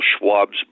Schwab's